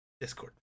Discord